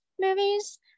movies